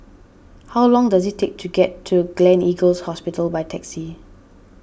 how long does it take to get to Gleneagles Hospital by taxi